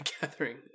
gathering